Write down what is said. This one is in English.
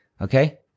Okay